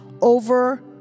over